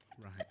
Right